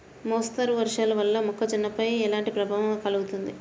మోస్తరు వర్షాలు వల్ల మొక్కజొన్నపై ఎలాంటి ప్రభావం కలుగుతుంది?